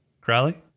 Crowley